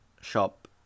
shop